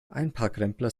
einparkrempler